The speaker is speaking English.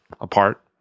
apart